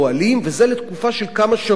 וזה לתקופה של כמה שבועות,